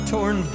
Torn